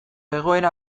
egoera